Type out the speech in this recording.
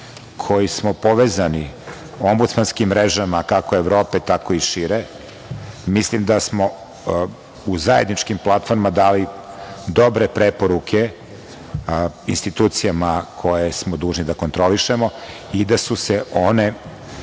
koji smo povezani ombudsmanskim mrežama kako Evrope, tako i šire. Mislim da smo u zajedničkim platformama dali dobre preporuke institucijama, koje smo dužni da kontrolišemo i da su se one